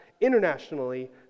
internationally